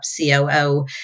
COO